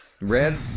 Red